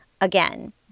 again